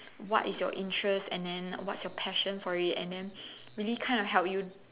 what is your interests and then what is your passion for it and then really kind of help you